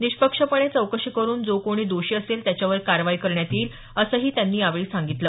निष्पक्षपणे चौकशी करुन जो कोणी दोषी असेल त्याच्यावर कारवाई करण्यात येईल असंही त्यांनी यावेळी सांगितलं